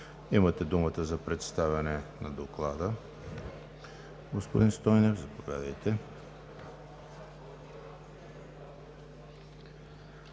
Имате думата за представяне на Доклада, господин Стойнев. Заповядайте.